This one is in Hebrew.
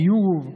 ביוב,